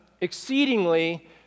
exceedingly